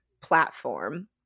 platform